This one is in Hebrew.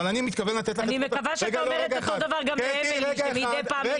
אני מקווה שאתה אומר אותו דבר לאמילי שמעירה מדי פעם.